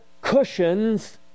cushions